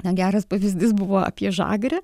na geras pavyzdys buvo apie žagrę